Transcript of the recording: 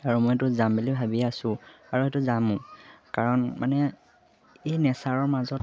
আৰু মই এইটো যাম বুলি ভাবি আছোঁ আৰু সেইটো যামো কাৰণ মানে এই নেচাৰৰ মাজত